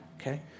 Okay